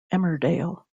emmerdale